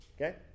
Okay